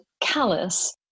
callous